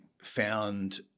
found